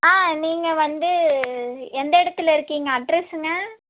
ஆ நீங்கள் வந்து எந்த இடத்துல இருக்கிங்க அட்ரஸுங்க